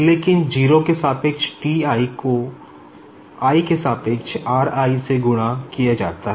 लेकिन 0 के सापेक्ष T i को i के सापेक्ष r i से गुणा किया जाता है